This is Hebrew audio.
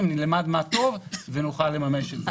נלמד מה טוב ונוכל לממש את זה.